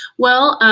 well,